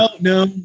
No